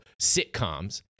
sitcoms